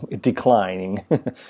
Declining